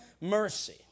mercy